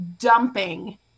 dumping